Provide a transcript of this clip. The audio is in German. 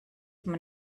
man